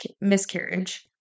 miscarriage